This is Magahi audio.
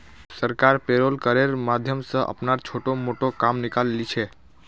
सरकार पेरोल करेर माध्यम स अपनार छोटो मोटो काम निकाले ली छेक